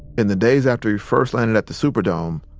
in the days after he first landed at the superdome,